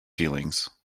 feelings